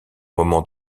moments